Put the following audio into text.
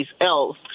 else